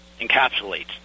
encapsulates